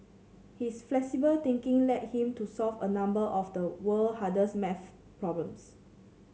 his flexible thinking led him to solve a number of the world hardest maths problems